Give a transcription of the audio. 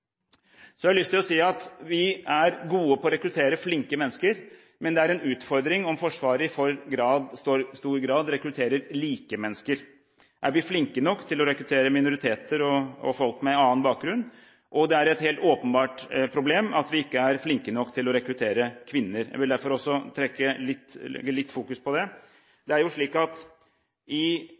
Så har jeg lyst til å si at vi er gode på å rekruttere flinke mennesker, men det er en utfordring om Forsvaret i for stor grad rekrutterer like mennesker. Er vi flinke nok til å rekruttere minoriteter og folk med annen bakgrunn? Og det er et helt åpenbart problem at vi ikke er flinke nok til å rekruttere kvinner. Jeg vil derfor også fokusere litt på det. Det er slik at i